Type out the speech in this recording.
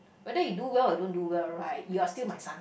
whether you do well or you don't do well right you are still my son